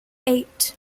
eight